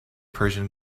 persian